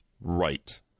right